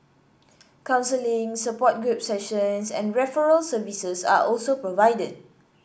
counselling support group sessions and referral services are also provided